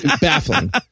baffling